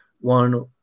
One